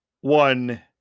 One